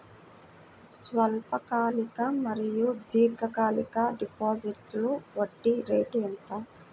స్వల్పకాలిక మరియు దీర్ఘకాలిక డిపోజిట్స్లో వడ్డీ రేటు ఎంత?